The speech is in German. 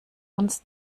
uns